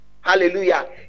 hallelujah